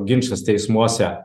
ginčas teismuose